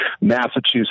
Massachusetts